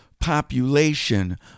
population